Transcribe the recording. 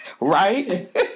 Right